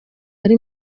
ari